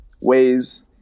ways